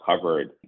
covered